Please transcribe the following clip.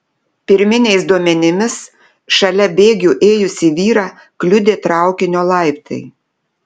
pirminiais duomenimis šalia bėgių ėjusį vyrą kliudė traukinio laiptai